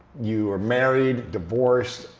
you were married, divorced,